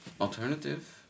alternative